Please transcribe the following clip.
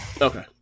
Okay